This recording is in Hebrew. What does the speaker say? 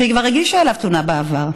שהיא כבר הגישה עליו תלונה בעבר,